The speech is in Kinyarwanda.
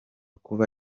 kuba